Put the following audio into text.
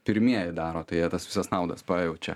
pirmieji daro tai tas visas naudas pajaučia